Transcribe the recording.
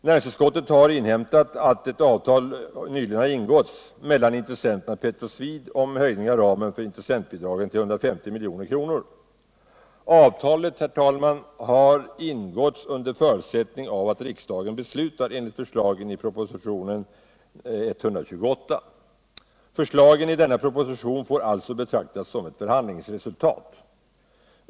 Näringsutskottet har inhämtat att ett avtal nyligen har ingåtts mellan intressenterna i Petroswede om höjning av ramen för intressentbidragen till nyssnämnda 150 milj.kr. Avtalet har ingåtts under förutsättning av att riksdagen beslutar enligt förslagen i propsositionen 128. Förslagen i denna proposition får alltså betraktas som ett förhandlingsresultat.